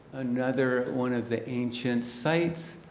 another one of the ancient sites.